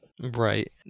Right